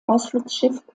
ausflugsschiff